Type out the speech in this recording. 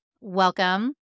welcome